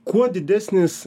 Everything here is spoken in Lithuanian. kuo didesnis